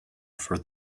for